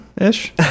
ish